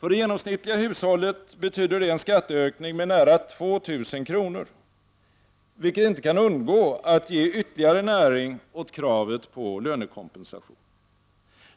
För det genomsnittliga hushållet betyder det en skatteökning med nära 2 000 kr., vilket inte kan undgå att ge ytterligare näring åt kravet på lönekompensation.